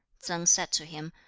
tsang said to him,